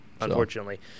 Unfortunately